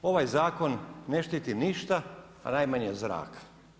Ovaj zakon ne štiti ništa a najmanje zrak.